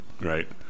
right